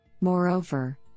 Moreover